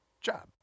job